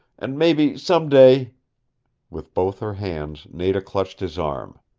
and mebby some day with both her hands nada clutched his arm.